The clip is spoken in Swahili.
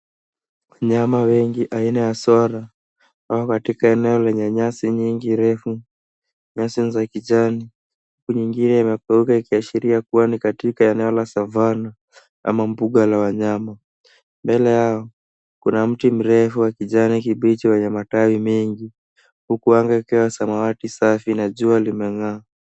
Wanyama wengi aina ya swara wako katika eneo lenye nyasi nyingi refu, nyasi ni za kijani huku nyingine imekauka ikiashiria kuwa ni katika eneo la [c.s]savanna ama mbuga la wanyama. Mbele yao kuna mti mrefu wa kijani kibichi wenye matawi mengi huku anga ikiwa ya samawati safi na jua limeng'aa.